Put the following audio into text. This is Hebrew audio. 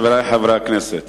חברי חברי הכנסת,